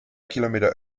kilometer